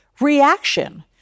reaction